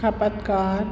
खपतकार